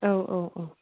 औ औ औ